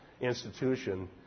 institution